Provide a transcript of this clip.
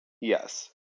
yes